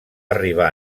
arribar